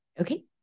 Okay